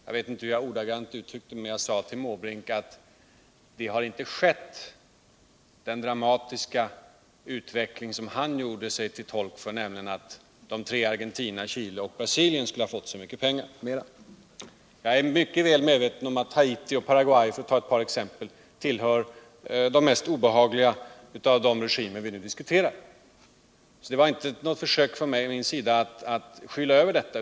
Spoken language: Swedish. Jag vet inte hur jag ordagrant uttryckte mig. Men Jag sade till Bertil Måbrink att den dramatiska utveckling inte har skett som han beskrev, nämtigen att Argentina, Chile och Brasilien skulle ha fätt så mycket mer pengar. Jag är mycket väl medveten om att Haiti och Paraguay, för att ta ett par exempel, tillhör de mest obehagliga av de regimer som vi nu diskuterar. Det var inte något försök från min sida att skyla över detta.